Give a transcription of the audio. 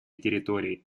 территории